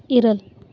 ᱤᱨᱟᱹᱞ